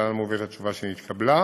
להלן מובאת התשובה שנתקבלה.